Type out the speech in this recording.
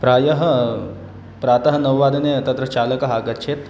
प्रायः प्रातः नववादने तत्र चालकः आगच्छेत्